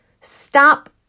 stop